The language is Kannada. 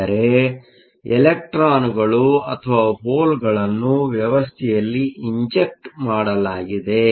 ಅಂದರೆ ಇಲೆಕ್ಟ್ರಾನ್ಗಳು ಅಥವಾ ಹೋಲ್ ಗಳನ್ನು ವ್ಯವಸ್ಥೆಯಲ್ಲಿ ಇಂಜೆಕ್ಟ್ ಮಾಡಲಾಗಿದೆ